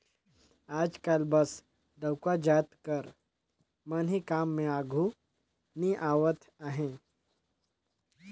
आएज काएल बस डउका जाएत कर मन ही काम में आघु नी आवत अहें